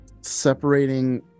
separating